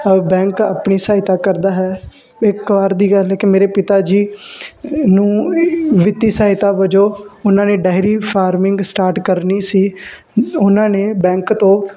bank ਆਪਣੀ ਸਹਾਇਤਾ ਕਰਦਾ ਹੈ ਇੱਕ ਵਾਰ ਦੀ ਗੱਲ ਕਿ ਮੇਰੇ ਪਿਤਾ ਜੀ ਨੂੰ ਵਿੱਤੀ ਸਹਾਇਤਾ ਵਜੋਂ ਉਹਨਾਂ ਨੇ ਡਾਇਰੀ ਫਾਰਮਿੰਗ ਸਟਾਰਟ ਕਰਨੀ ਸੀ ਉਹਨਾਂ ਨੇ ਬੈਂਕ ਤੋਂ